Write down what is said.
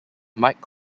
mike